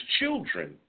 children